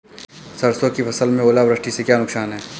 सरसों की फसल में ओलावृष्टि से क्या नुकसान है?